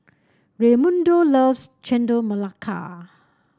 Raymundo loves Chendol Melaka